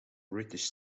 british